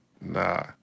Nah